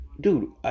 dude